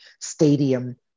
stadium